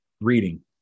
reading